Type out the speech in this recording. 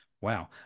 Wow